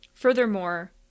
Furthermore